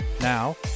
Now